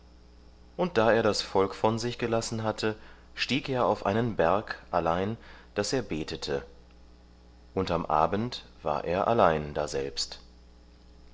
und da er das volk von sich gelassen hatte stieg er auf einen berg allein daß er betete und am abend war er allein daselbst